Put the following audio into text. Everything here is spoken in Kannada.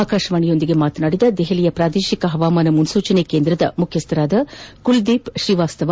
ಆಕಾಶವಾಣಿಯೊಂದಿಗೆ ಮಾತನಾದಿದ ದೆಹಲಿಯ ಪ್ರಾದೇಶಿಕ ಹವಾಮಾನ ಮುನ್ಪೂಚನೆ ಕೇಂದ್ರದ ಮುಖ್ಯಸ್ಥ ಕುಲದೀಪ್ ಶ್ರೀವಾಸ್ತವ